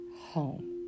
home